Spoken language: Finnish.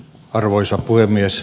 arvoisa puhemies